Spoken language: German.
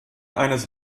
eines